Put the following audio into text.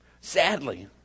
sadly